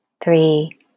three